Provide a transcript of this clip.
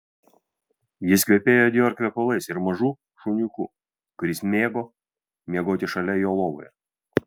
jis kvepėjo dior kvepalais ir mažu šuniuku kuris mėgo miegoti šalia jo lovoje